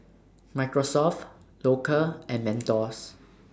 Microsoft Loacker and Mentos